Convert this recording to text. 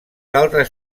altres